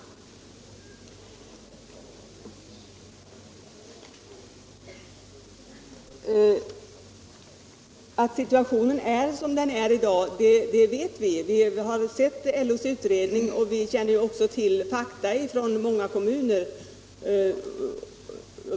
Vi vet ju hurudan situationen är i dag. Vi har sett LO:s utredning, och vi känner också till fakta från våra kommuner.